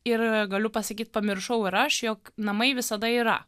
ir galiu pasakyt pamiršau ir aš jog namai visada yra